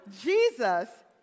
Jesus